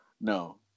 no